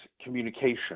communication